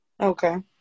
Okay